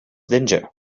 danger